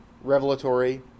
revelatory